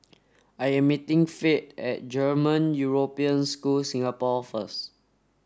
I am meeting Fate at German European School Singapore first